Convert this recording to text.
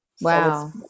Wow